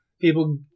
people